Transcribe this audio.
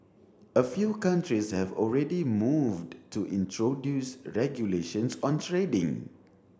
a few countries have already moved to introduce regulations on trading